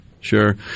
sure